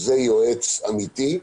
זה יועץ אמיתי.